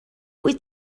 wyt